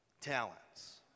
talents